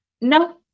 no